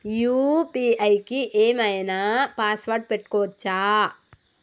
UPI కి ఏం ఐనా పాస్వర్డ్ పెట్టుకోవచ్చా?